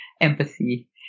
empathy